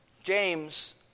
James